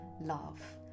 love